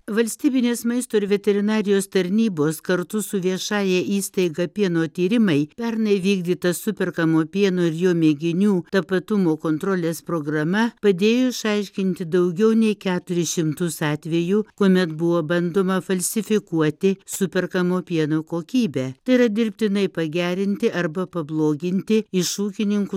valstybinės maisto ir veterinarijos tarnybos kartu su viešąja įstaiga pieno tyrimai pernai vykdytas superkamo pieno ir jo mėginių tapatumo kontrolės programa padėjo išaiškinti daugiau nei keturis šimtus atvejų kuomet buvo bandoma falsifikuoti superkamo pieno kokybę tai yra dirbtinai pagerinti arba pabloginti iš ūkininkų